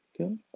okay